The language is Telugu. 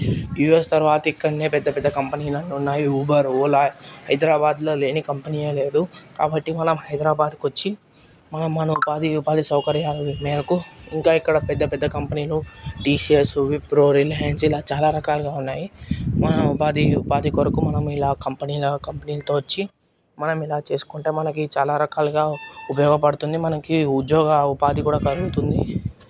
యూఎస్ తర్వాత ఇక్కడనే పెద్ద పెద్ద కంపెనీలు ఉన్నాయి ఉబర్ ఓలా హైదరాబాదులో లేని కంపెనీయే లేదు కాబట్టి మనం హైదరాబాద్కు వచ్చి మనం మన ఉపాధి ఉపాధి సౌకర్యాల మేరకు ఇంకా ఇక్కడ పెద్ద పెద్ద కంపెనీలు టిసిఎస్ విప్రో రిలయన్స్ ఇలా చాలా రకాలు ఉన్నాయి మనం ఉపాధి ఉపాధి కొరకు మనం ఇలా కంపెనీల కంపెనీలతో వచ్చి మనం ఇలా చేసుకుంటే మనకి చాలా రకాలుగా ఉపయోగపడుతుంది మనకి ఉద్యోగ ఉపాధి కూడా కలుగుతుంది